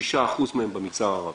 6% מהם במגזר הערבי,